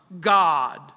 God